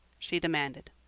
she demanded.